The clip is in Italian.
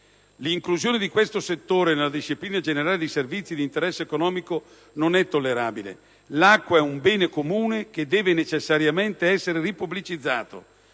L'inclusione di questo settore nella disciplina generale dei servizi di interesse economico non è tollerabile. L'acqua è un bene comune che deve necessariamente essere ripubblicizzato.